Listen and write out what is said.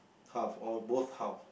half all both half